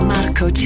Marco